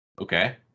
Okay